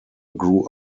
grew